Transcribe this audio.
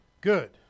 Good